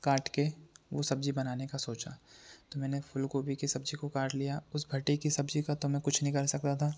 काट के वो सब्ज़ी बनाने का सोचा तो मैंने फूल गोभी के सब्ज़ी को काट लिया उस भंटे की सब्ज़ी का तो मैं कुछ नहीं कर सकता था